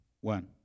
One